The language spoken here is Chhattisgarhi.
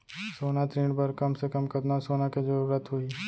सोना ऋण बर कम से कम कतना सोना के जरूरत होही??